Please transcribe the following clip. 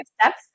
steps